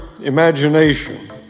imagination